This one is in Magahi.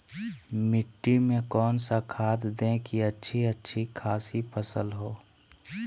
मिट्टी में कौन सा खाद दे की अच्छी अच्छी खासी फसल हो?